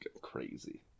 crazy